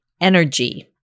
energy